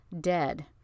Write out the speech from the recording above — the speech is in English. dead